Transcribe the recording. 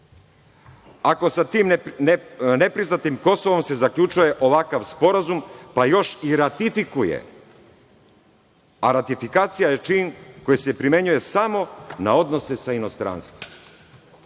ako sa tim nepriznatim Kosovom se zaključuje ovakav Sporazum, pa još i ratifikuje? Ratifikacija je čin koji se primenjuje samo na odnose sa inostranstvom.